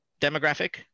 demographic